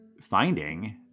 finding